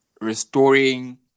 restoring